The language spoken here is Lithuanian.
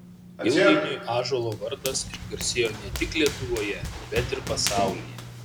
ilgainiui ąžuolo vardas išgarsėjo ne tik lietuvoje bet ir pasaulyje